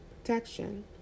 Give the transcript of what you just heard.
protection